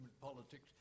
politics